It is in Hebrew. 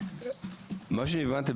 מה שהבנתי,